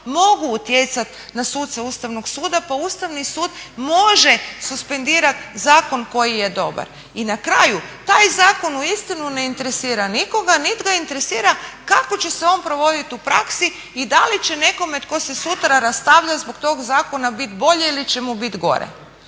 mogu utjecati na suce Ustavnog suda pa Ustavni sud može suspendirati zakon koji je dobar. I na kraju taj zakon uistinu ne interesira nikoga niti ga interesira kako će se on provoditi u praksi i da li će nekome tko se sutra rastavlja zbog tog zakona biti bolje ili će mu biti gore.